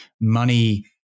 money